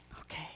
Okay